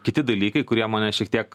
kiti dalykai kurie mane šiek tiek